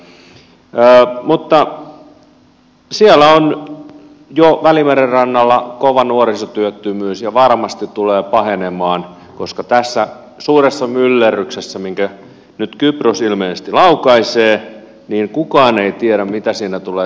mutta siellä on jo välimeren rannalla kova nuorisotyöttömyys ja varmasti tulee pahenemaan koska tässä suuressa myllerryksessä minkä nyt kypros ilmeisesti laukaisee kukaan ei tiedä mitä tulee tapahtumaan